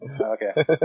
Okay